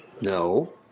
No